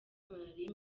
malariya